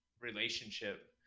relationship